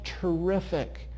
terrific